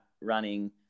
running